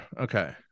okay